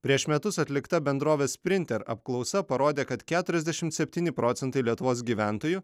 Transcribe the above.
prieš metus atlikta bendrovės sprinter apklausa parodė kad keturiasdešimt septyni procentai lietuvos gyventojų